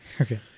okay